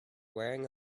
wearing